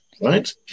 right